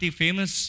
famous